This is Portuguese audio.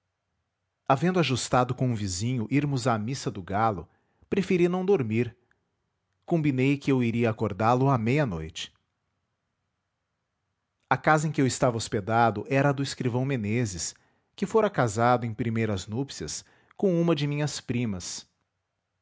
havendo ajustado com um vizinho irmos à missa do galo preferi não dormir combinei que eu iria acordá-lo à meia-noite a casa em que eu estava hospedado era a do escrivão meneses que fora casado em primeiras núpcias com uma de minhas primas